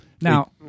now